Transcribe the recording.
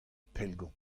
pellgomz